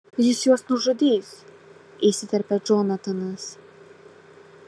jis juos nužudys įsiterpia džonatanas